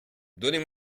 donnez